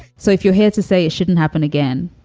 so if you had to say it shouldn't happen again,